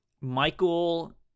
Michael